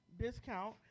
discount